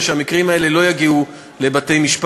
ושהמקרים האלה לא יגיעו לבתי-משפט.